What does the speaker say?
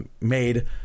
made